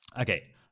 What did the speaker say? Okay